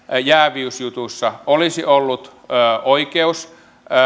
jääviysjutussa olisi ollut oikeus